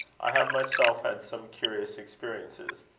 i have myself had some curious experiences.